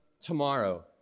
tomorrow